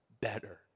better